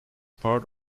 part